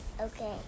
okay